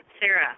Sarah